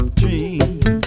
dream